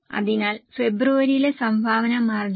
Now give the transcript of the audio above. അതിനാൽ ഫെബ്രുവരിയിലെ സംഭാവന മാർജിൻ 240000 ആണ്